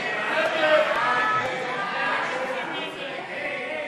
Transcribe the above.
ההסתייגויות לסעיף 08,